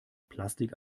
plastik